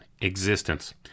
existence